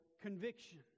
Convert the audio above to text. conviction